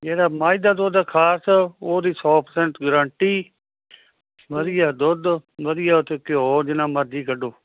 ਜਿਹੜਾ ਮੱਝ ਦਾ ਦੁੱਧ ਖਾਸ ਉਹਦੀ ਸੌ ਪਰਸੈਂਟ ਗਰੰਟੀ ਵਧੀਆ ਦੁੱਧ ਵਧੀਆ ਉੱਥੇ ਘਿਓ ਜਿੰਨਾ ਮਰਜੀ ਕੱਢੋ